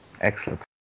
Excellent